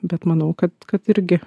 bet manau kad kad irgi